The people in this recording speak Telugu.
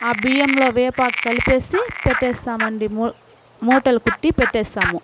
ఆ బియ్యంలో వేపాకు కలిపేసి పెట్టేస్తామండి మూ మూటలు కుట్టి పెట్టెస్తాము